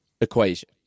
equation